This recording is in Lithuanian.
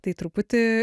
tai truputį